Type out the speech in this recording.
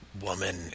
woman